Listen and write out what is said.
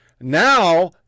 Now